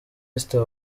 esther